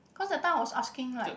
cause that time I was asking like